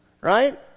Right